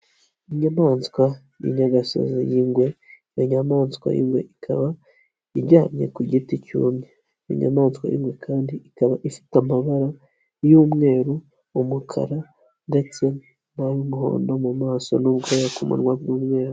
Inyamaswa y'inyagasozi y'ingwe iyo nyamaswa y'ingwe ikaba ijyamye ku giti cyumye, iyo nyamaswa y'ingwe kandi ikaba ifite amabara y'umweru, umukara, ndetse n'ay'umuhondo mu maso n'ubwoya ku munwa by'umweru.